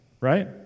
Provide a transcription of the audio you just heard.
right